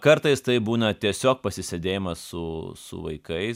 kartais tai būna tiesiog pasisėdėjimas su su vaikais